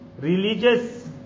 religious